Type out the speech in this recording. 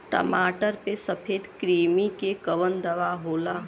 टमाटर पे सफेद क्रीमी के कवन दवा होला?